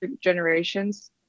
generations